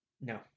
No